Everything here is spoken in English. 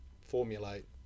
formulate